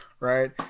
right